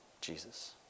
Jesus